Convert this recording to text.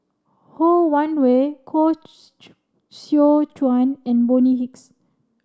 Ho Wan Hui Koh Seow Chuan and Bonny Hicks